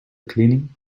cleaning